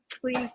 please